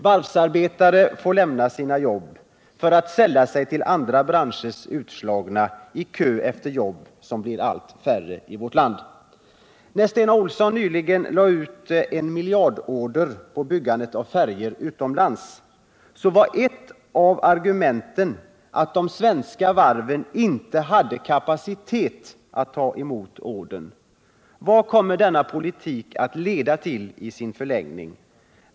Varvsarbetare får lämna sina jobb för att sälla sig till andra branschers utslagna i kö efter jobb som blir allt färre. När Sten A. Olsson nyligen lade ut en miljardorder på byggandet av färjor utomlands, så var ett av argumenten att de svenska varven inte hade kapacitet att ta hem ordern. Vad kommer denna politik att leda till i sin förlängning?